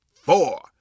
four